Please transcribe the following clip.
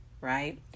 right